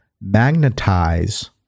Magnetize